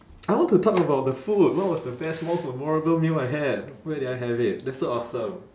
I want to talk about the food what was the best most memorable meal I had where did I have it that's so awesome